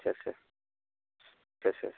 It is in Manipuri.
ꯁꯦ ꯁꯦ ꯁꯦ ꯁꯦ